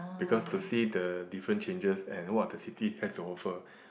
because to see the different changes and what the city has to offer